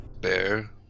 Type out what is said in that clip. Bear